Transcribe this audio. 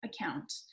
account